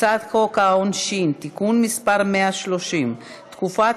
ההצעה להעביר את הצעת חוק העונשין (תיקון מס' 130) (תקופת